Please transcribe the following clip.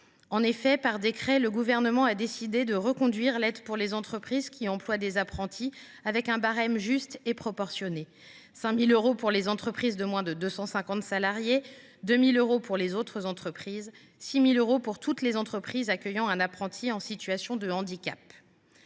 En effet, le Gouvernement a décidé de reconduire par décret l’aide aux entreprises qui emploient des apprentis selon un barème juste et proportionné : cette aide s’élève à 5 000 euros pour les entreprises de moins de 250 salariés, à 2 000 euros pour les autres entreprises, à 6 000 euros pour toutes les entreprises accueillant un apprenti en situation de handicap.